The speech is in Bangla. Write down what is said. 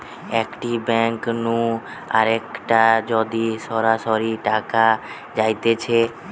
একটি ব্যাঙ্ক নু আরেকটায় যদি সরাসরি টাকা যাইতেছে